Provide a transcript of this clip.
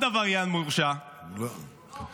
עוד עבריין מורשע -- גופשטיין.